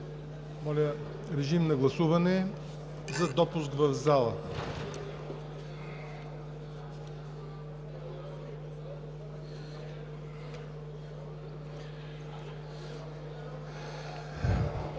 Моля, режим на гласуване за допуск в залата.